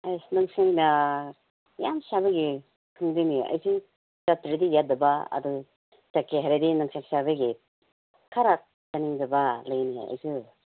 ꯑꯁ ꯅꯨꯡꯁꯥꯅ ꯌꯥꯝ ꯁꯥꯕꯒꯤ ꯈꯪꯗꯦꯅꯦ ꯑꯩꯁꯨ ꯆꯠꯇ꯭ꯔꯗꯤ ꯌꯥꯗꯕ ꯑꯗꯨꯒꯤ ꯆꯠꯀꯦ ꯍꯥꯏꯔꯗꯤ ꯅꯪ ꯆꯠꯁꯦ ꯍꯥꯏꯕꯒꯤ ꯈꯔ ꯆꯠꯅꯤꯡꯗꯕ ꯂꯩꯅꯦ ꯑꯩꯁꯨ